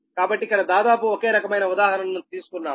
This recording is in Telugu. కాబట్టి ఇక్కడ దాదాపు ఒకే రకమైన ఉదాహరణను తీసుకున్నాము